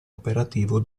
operativo